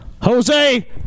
Jose